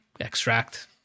extract